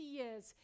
years